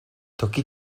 toki